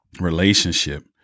relationship